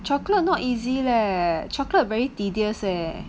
chocolate not easy leh chocolate very tedious eh